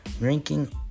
ranking